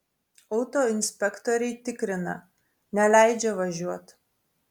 autoinspektoriai tikrina neleidžia važiuot